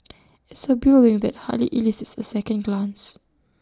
it's A building that hardly elicits A second glance